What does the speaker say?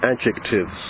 adjectives